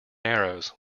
arrows